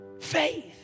Faith